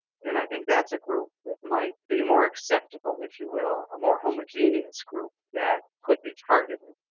and i think that's a group that might be more acceptable, if you will, a more homogeneous group that could be targeted,